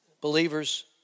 believers